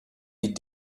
die